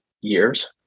years